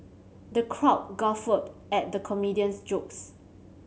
the crowd guffawed at the comedian's jokes